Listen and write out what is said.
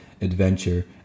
adventure